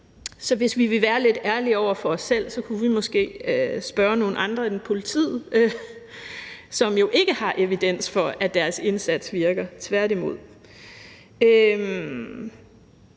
Så hvis vi vil være lidt ærlige over for os selv, kunne vi måske spørge nogle andre end politiet, som jo ikke har evidens for, at deres indsats virker, tværtimod.